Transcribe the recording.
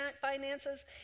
finances